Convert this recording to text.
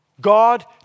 God